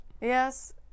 Yes